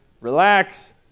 relax